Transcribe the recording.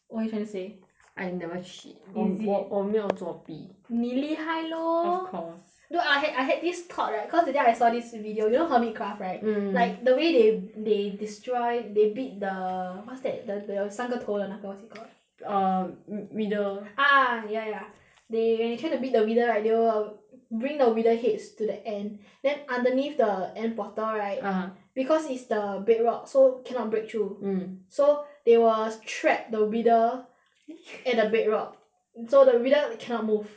what you trying to say I never cheat is it 我我没作弊你厉害 lor of course dude I had I had this thought right cause today I saw this video you know Hermit craft right mm like the way they they destroy they beat the what's that th~ the 有三个头的那个 what's it call uh wi~ wither ah ya ya they when they try to beat the wither right they will bring the wither heads to the end then underneath the end portal right ah because it's the Bedrock so cannot break through mm so they will trap the wither at the Bedrock so the wither cannot move